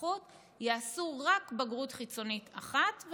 ואזרחות יעשו רק בגרות חיצונית אחת,